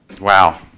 Wow